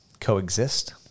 coexist